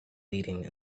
leading